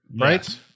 right